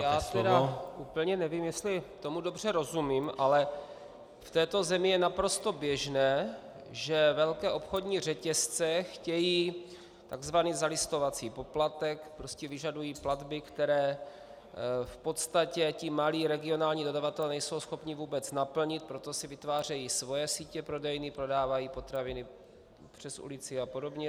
Já tedy úplně nevím, jestli tomu dobře rozumím, ale v této zemi je naprosto běžné, že velké obchodní řetězce chtějí takzvaný zalistovací poplatek, prostě vyžadují platby, které v podstatě ti malí regionální dodavatelé nejsou schopni vůbec naplnit, proto si vytvářejí svoje sítě prodejen, prodávají potraviny přes ulici a podobně.